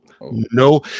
no